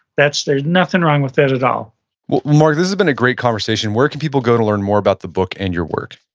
there's nothing wrong with that at all well mark, this has been a great conversation. where can people go to learn more about the book and your work?